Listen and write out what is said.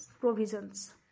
provisions